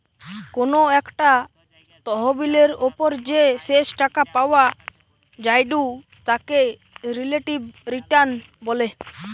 কোনো একটা তহবিলের ওপর যে শেষ টাকা পাওয়া জায়ঢু তাকে রিলেটিভ রিটার্ন বলে